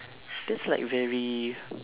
that's like very